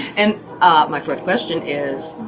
and my fourth question is,